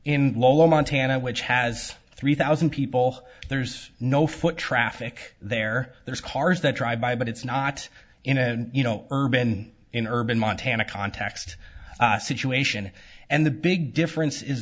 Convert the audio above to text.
in lower montana which has three thousand people there's no foot traffic there there's cars that drive by but it's not in a you know urban in urban montana context situation and the big difference is